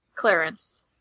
Clarence